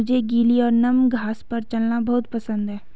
मुझे गीली और नम घास पर चलना बहुत पसंद है